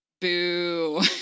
boo